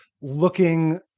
looking